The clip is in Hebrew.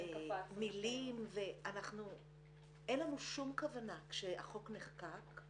אין לנו שום כוונה כשהחוק נחקק,